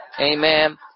Amen